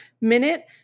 minute